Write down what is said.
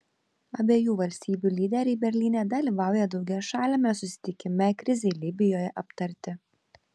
abiejų valstybių lyderiai berlyne dalyvauja daugiašaliame susitikime krizei libijoje aptarti